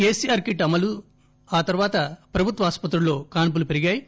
KCR kit అమలు తరవాత ప్రభుత్వ ఆస్పత్రుల్లో కాన్పులు పెరిగాయి